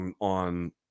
on